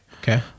okay